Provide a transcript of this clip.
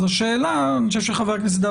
אני חושב שהשאלה אליה